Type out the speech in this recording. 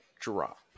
drop